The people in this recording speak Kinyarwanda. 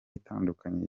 itandukanye